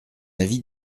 avis